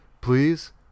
please